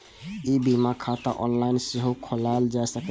ई बीमा खाता ऑनलाइन सेहो खोलाएल जा सकैए